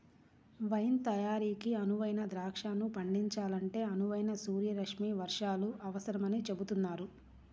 wine తయారీకి అనువైన ద్రాక్షను పండించాలంటే అనువైన సూర్యరశ్మి వర్షాలు అవసరమని చెబుతున్నారు